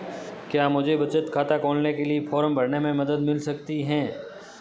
क्या मुझे बचत खाता खोलने के लिए फॉर्म भरने में मदद मिल सकती है?